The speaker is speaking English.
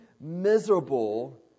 miserable